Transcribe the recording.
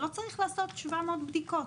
לא צריך לעשות 700 בדיקות.